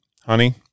honey